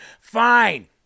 Fine